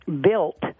built